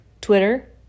Twitter